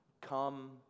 come